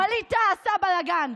ווליד טאהא עשה בלגן.